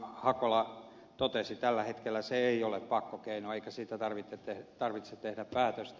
hakola totesi tällä hetkellä se ei ole pakkokeino eikä siitä tarvitse tehdä päätöstä